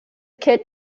kit